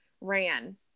ran